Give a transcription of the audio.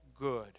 good